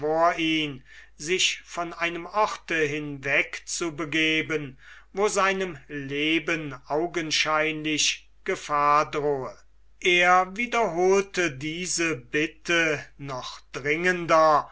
sich von einem orte hinwegzubegeben wo seinem leben augenscheinlich gefahr drohe er wiederholte diese bitte noch dringender